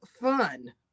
fun